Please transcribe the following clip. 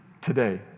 today